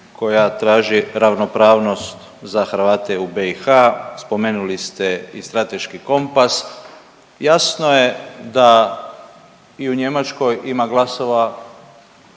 koja traži ravnopravnost za Hrvate u BiH, spomenuli ste i strateški kompas. Jasno je da i u Njemačkoj ima glasova